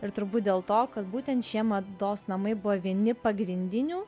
ir turbūt dėl to kad būtent šie mados namai buvo vieni pagrindinių